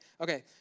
okay